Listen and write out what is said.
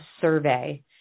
survey